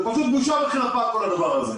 זה בושה וחרפה כל הדבר הזה.